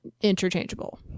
interchangeable